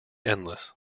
endless